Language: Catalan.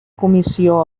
comissió